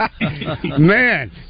man